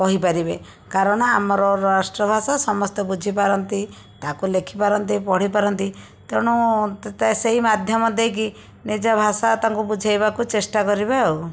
କହିପାରିବେ କାରଣ ଆମର ରାଷ୍ଟ୍ରଭାଷା ସମସ୍ତେ ବୁଝିପାରନ୍ତି ତାକୁ ଲେଖିପାରନ୍ତି ପଢ଼ିପାରନ୍ତି ତେଣୁ ସେହି ମାଧ୍ୟମ ଦେଇକି ନିଜ ଭାଷା ତାଙ୍କୁ ବୁଝେଇବାକୁ ଚେଷ୍ଟା କରିବେ ଆଉ